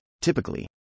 typically